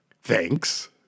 Thanks